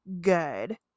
good